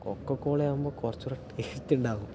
കൊക്കകോളയാകുമ്പോൾ കുറച്ചൂടെ പെരുത്ത് ഉണ്ടാവും